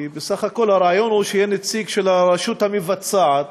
כי בסך הכול הרעיון הוא שיהיה נציג של הרשות המבצעת